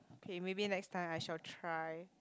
k maybe next time I shall try